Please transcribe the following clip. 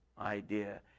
idea